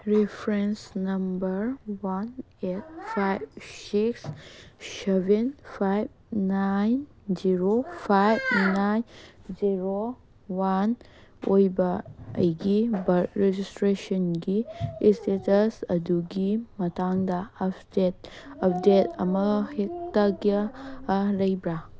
reference number one eight five six seven five nine zero five nine zero one ꯑꯣꯏꯕ ꯑꯩꯒꯤ birth ꯔꯦꯖꯤꯁꯇ꯭ꯔꯦꯁꯟꯒꯤ status ꯑꯗꯨꯒꯤ ꯃꯇꯥꯡꯗ update ꯑꯃ ꯍꯦꯛꯇꯒ ꯂꯩꯕ꯭ꯔꯥ